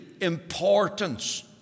importance